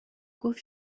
گفت